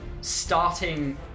starting